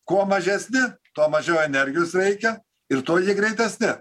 kuo mažesni tuo mažiau energijos reikia ir tuo jie greitesni